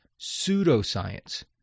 pseudoscience